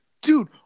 Dude